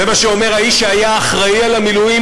זה מה שאומר האיש שהיה אחראי למילואים